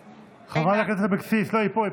אינה, חברת הכנסת אבקסיס, לא, היא פה.